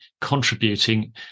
contributing